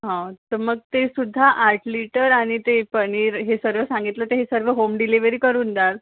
हा तर मग तेसुद्धा आठ लिटर आणि ते पनीर हे सर्व सांगितलं तर हे सर्व होम डिलिव्हरी करून द्याल